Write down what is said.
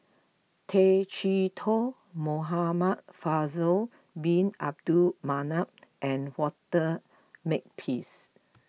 Tay Chee Toh Muhamad Faisal Bin Abdul Manap and Walter Makepeace